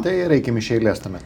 tai ir eikim iš eilės tuomet